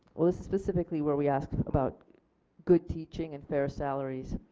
well this is specifically where we ask about good teaching and fair salaries.